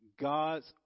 God's